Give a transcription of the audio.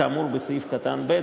כאמור בסעיף קטן (ב),